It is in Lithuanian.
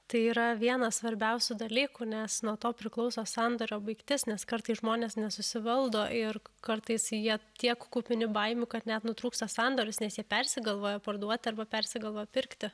tai yra vienas svarbiausių dalykų nes nuo to priklauso sandorio baigtis nes kartais žmonės nesusivaldo ir kartais jie tiek kupini baimių kad net nutrūksta sandoris nes jie persigalvoja parduoti arba persigalvoja pirkti